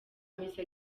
misa